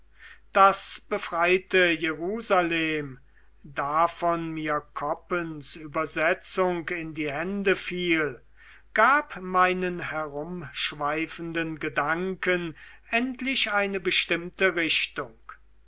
das befreite jerusalem davon mir koppens übersetzung in die hände fiel gab meinen herumschweifenden gedanken endlich eine bestimmte richtung